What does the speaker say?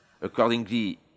Accordingly